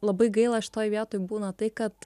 labai gaila šitoj vietoj būna tai kad